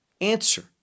answer